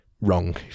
wrong